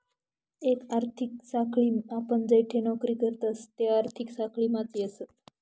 एक आर्थिक साखळीम आपण जठे नौकरी करतस ते आर्थिक साखळीमाच येस